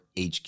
HQ